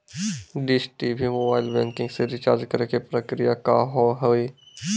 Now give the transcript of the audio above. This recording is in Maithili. डिश टी.वी मोबाइल बैंकिंग से रिचार्ज करे के प्रक्रिया का हाव हई?